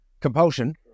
compulsion